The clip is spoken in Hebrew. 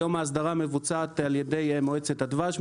היום ההסדרה מבוצעת על ידי מועצת הדבש,